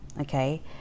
okay